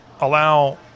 allow